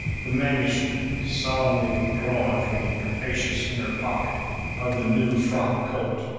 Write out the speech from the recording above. the manuscript is solemnly withdrawn from the capacious inner pocket of the new frock coat,